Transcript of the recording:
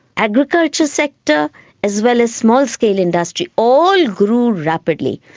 agriculture sector as well as small-scale industry all grew rapidly.